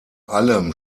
allem